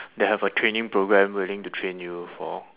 that have a training programme willing to train you for